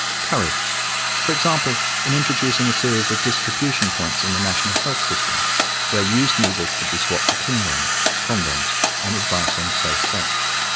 for example in introducing a series of distribution points in the national health system where used needles could be swapped for clean ones, condoms and advice on safe sex.